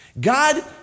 God